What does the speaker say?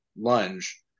lunge